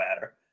matter